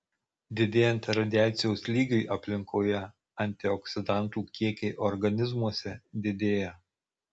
didėjant radiacijos lygiui aplinkoje antioksidantų kiekiai organizmuose didėja